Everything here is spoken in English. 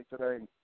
today